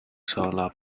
solar